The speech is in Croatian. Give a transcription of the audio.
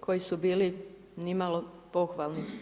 koji su bili nimalo pohvalni.